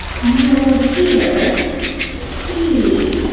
yeah will hear he.